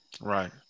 Right